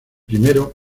primero